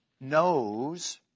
knows